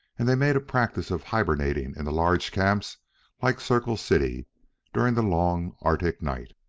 and they made a practice of hibernating in the large camps like circle city during the long arctic night.